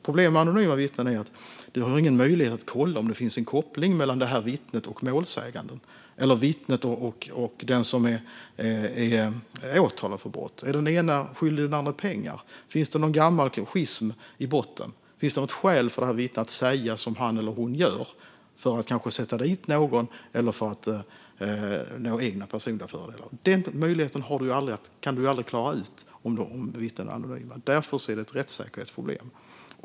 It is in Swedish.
Problemet med anonyma vittnen är att man inte har någon möjlighet att kolla om det finns en koppling mellan vittnet och målsäganden eller mellan vittnet och den som är åtalad för brott. Är den ena skyldig den andra pengar? Finns det någon gammal schism i botten? Finns det något skäl för vittnet att säga som han eller hon gör? Säger vittnet detta för att sätta dit någon eller för att vinna personliga fördelar? Detta kan man aldrig klara ut om vittnen är anonyma, och det är ett rättssäkerhetsproblem.